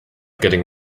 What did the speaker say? getting